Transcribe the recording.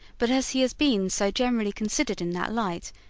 but as he has been so generally considered in that light,